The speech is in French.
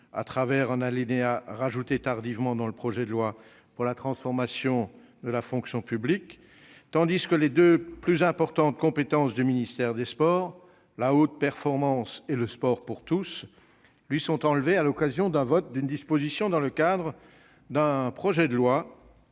à travers un alinéa ajouté tardivement dans le projet de loi de transformation de la fonction publique, tandis que les deux plus importantes compétences du ministère des sports- la haute performance et le sport pour tous - lui sont enlevées à l'occasion du vote d'une disposition qui survient lors de l'examen d'un projet de loi